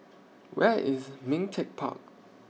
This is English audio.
Where IS Ming Teck Park